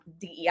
DEI